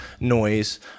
noise